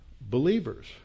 believers